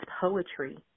poetry